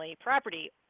property